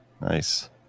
Nice